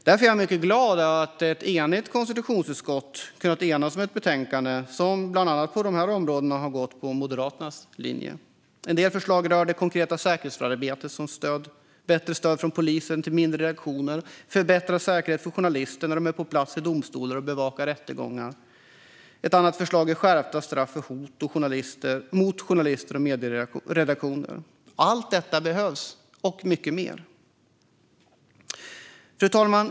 Därför är jag mycket glad att konstitutionsutskottet kunnat enas om ett betänkande som bland annat på dessa områden går på Moderaternas linje. En del förslag rör det konkreta säkerhetsarbetet, till exempel bättre stöd från polisen till mindre redaktioner och förbättrad säkerhet för journalister när de är på plats i domstolar och bevakar rättegångar. Ett annat förslag är skärpta straff för hot mot journalister och medieredaktioner. Allt detta behövs - och mycket mer. Fru talman!